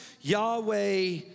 Yahweh